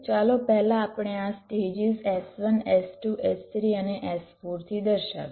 ચાલો પહેલા આપણે આ સ્ટેજીસ S1 S2 S3 અને S4 થી દર્શાવીએ